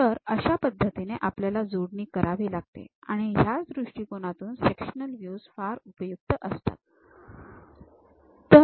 तर अशा पद्धतीने आपल्याला जोडणी करावी लागते आणि या दृष्टिकोनातून सेक्शनल व्हयूज फारच उपयुक्त असतात